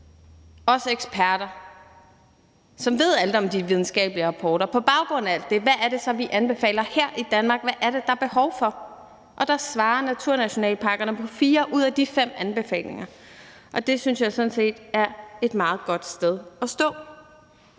os eksperter, som ved alt om de videnskabelige rapporter, hvad er det så, vi anbefaler her i Danmark, hvad er det, der er behov for? Og der svarer naturnationalparkerne på fire ud af de fem anbefalinger, og det synes jeg sådan set er et meget godt sted at stå.